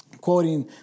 quoting